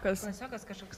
kas klasiokas kažkoks